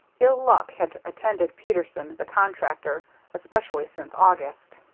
ill luck had attended peterson, the constructor, especially since august.